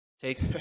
take